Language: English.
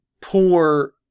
poor